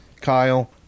Kyle